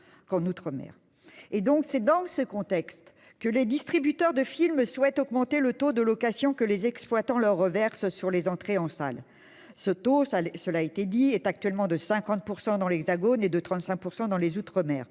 et donc c'est dans ce contexte que les distributeurs de films souhaite augmenter le taux de location que les exploitants leur reverse sur les entrées en salle ce taux ça cela a été dit est actuellement de 50% dans l'Hexagone et de 35% dans les outre-mer